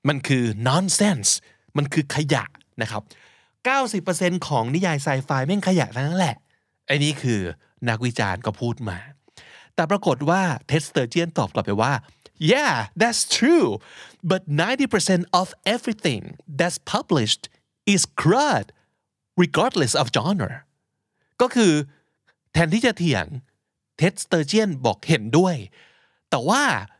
มันคือ nonsense มันคือขยะนะครับ 90% ของนิยายไซไฟแม่งขยะทั้งนั้นแหละ ไอ้นี่คือนักวิจารณ์ก็พูดมา แต่ปรากฏว่า Ted Sturgeon ตอบกลับไปว่า Yeah that's true But 90% of everything that's published is crud regardless of genre ก็คือแทนที่จะเถียง Ted Sturgeon บอกเห็นด้วย แต่ว่า